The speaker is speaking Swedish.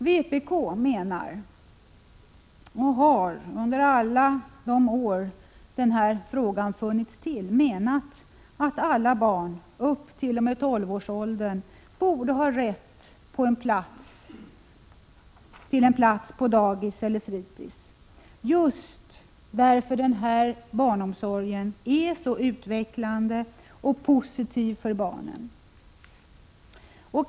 Vpk menar, och har under alla de år som denna fråga varit aktuell menat, att alla barn t.o.m. 12-årsåldern borde ha rätt till en plats på dagis eller fritids, just därför att denna barnomsorg är så utvecklande och positiv för barnen.